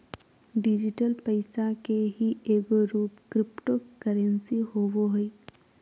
digital पैसा के ही एगो रूप क्रिप्टो करेंसी होवो हइ